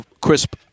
crisp